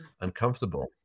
uncomfortable